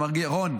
רון,